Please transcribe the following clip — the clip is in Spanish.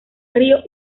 río